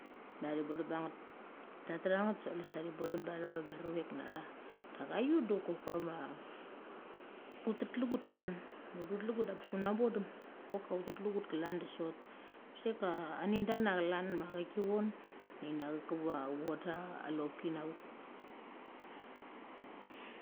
Ma thi bodum ba nget. Tatha anget sa chule sa thi bodum ba tha va ma ruchavek na tha. Dek ithut do ut tet legut klan a bes unecha bongem kok ka ut tet legut klan de sot. Kusek ka ani da na chlan ma athek ki von dini athek kavong da levepki inavuk.